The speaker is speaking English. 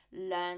Learn